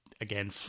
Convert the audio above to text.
again